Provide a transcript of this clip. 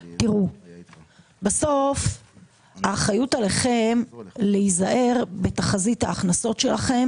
בסוף האחריות עליכם להיזהר בתחזית ההכנסות שלכם